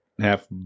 half